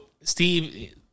Steve